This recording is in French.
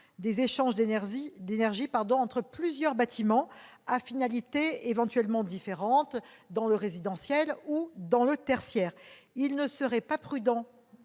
des échanges d'énergie entre plusieurs bâtiments, à finalités éventuellement différentes, dans le résidentiel ou dans le tertiaire. Il nous a semblé